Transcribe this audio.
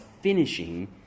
finishing